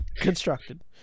Constructed